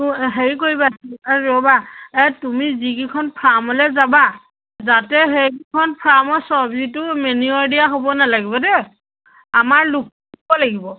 হেৰি কৰিবা ৰ'বা এই তুমি যিকেইখন ফাৰ্মলৈ যাবা যাতে সেইকেইখন ফাৰ্মত চব্জিটো মেনিয়'ৰ দিয়া হ'ব নালাগিব দেই আমাৰ লোকেল হ'ব লাগিব